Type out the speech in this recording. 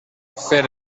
fer